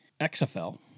XFL